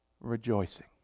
rejoicing